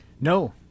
No